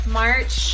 march